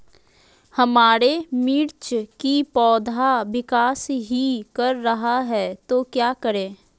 हमारे मिर्च कि पौधा विकास ही कर रहा है तो क्या करे?